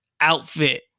outfit